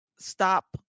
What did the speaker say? Stop